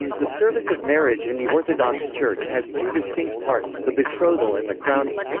the service of marriage in the orthodox church has two distinct parts the betrothal and the crowning.